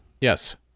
yes